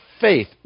faith